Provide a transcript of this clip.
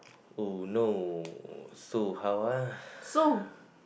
oh no so how ah